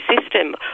system